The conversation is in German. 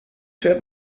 fährt